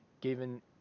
given